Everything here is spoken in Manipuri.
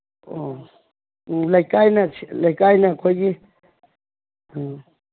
ꯑꯣ ꯑꯣ ꯂꯩꯀꯥꯏꯅ ꯂꯩꯀꯥꯏꯅ ꯑꯩꯈꯣꯏꯒꯤ ꯎꯝ